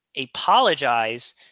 apologize